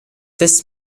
this